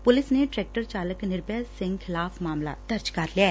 police ਨੇ tractor ਚਾਲਕ ਨਿਰਭੈ ਸਿੰਘ ਖਿਲਾਫ਼ ਮਾਮਲਾ ਦਰਜ ਕਰ ਲਿਐ